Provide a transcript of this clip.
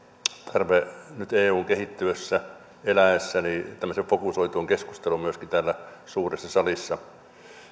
tarve nyt eun kehittyessä ja eläessä tämmöiseen fokusoituun keskusteluun myöskin täällä suuressa salissa